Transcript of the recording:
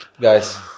guys